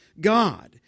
God